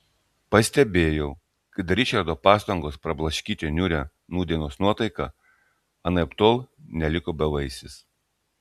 pastebėjau kad ričardo pastangos prablaškyti niūrią nūdienos nuotaiką anaiptol neliko bevaisės